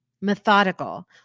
methodical